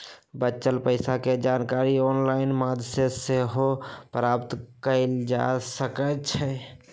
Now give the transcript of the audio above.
बच्चल पइसा के जानकारी ऑनलाइन माध्यमों से सेहो प्राप्त कएल जा सकैछइ